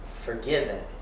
forgiven